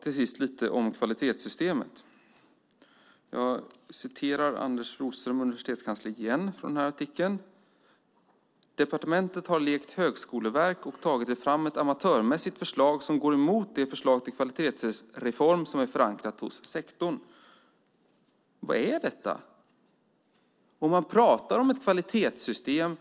Till sist lite om kvalitetssystemet. Jag återger igen ur artikeln av universitetskansler Anders Flodström: Departementet har lekt högskoleverk och tagit fram ett amatörmässigt förslag som går emot det förslag till kvalitetsreform som är förankrat hos sektorn. Vad är detta? Om man pratar om ett kvalitetssystem